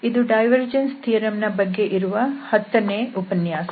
ಇದು divergence theorem ನ ಬಗ್ಗೆ ಇರುವ ಹತ್ತನೇ ಉಪನ್ಯಾಸ